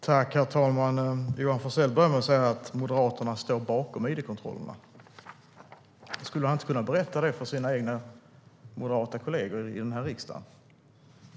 Herr talman! Johan Forssell säger att Moderaterna står bakom id-kontrollerna. Kan han inte berätta det för sina moderata kollegor i riksdagen?